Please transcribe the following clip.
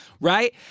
right